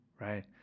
right